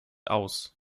aus